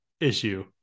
issue